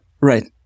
Right